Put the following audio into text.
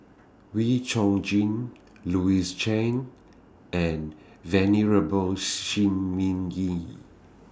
Wee Chong Jin Louis Chen and Venerable Shi Ming Yi